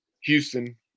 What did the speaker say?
Houston